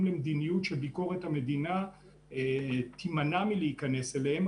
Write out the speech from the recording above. למדיניות שביקורת המדינה תימנע מלהיכנס אליהם,